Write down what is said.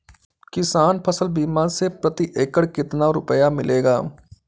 किसान फसल बीमा से प्रति एकड़ कितना रुपया मिलेगा?